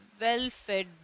well-fed